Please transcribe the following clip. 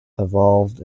evolved